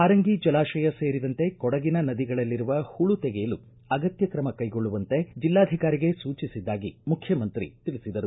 ಹಾರಂಗಿ ಜಲಾಶಯ ಸೇರಿದಂತೆ ಕೊಡಗಿನ ನದಿಗಳಲ್ಲಿರುವ ಪೂಳು ತೆಗೆಯಲು ಅಗತ್ತ ಕ್ರಮ ಕ್ಷೆಗೊಳ್ಳುವಂತೆ ಜಿಲ್ಲಾಧಿಕಾರಿಗೆ ಸೂಚಿಸಿದ್ದಾಗಿ ಮುಖ್ಯಮಂತ್ರಿ ತಿಳಿಸಿದರು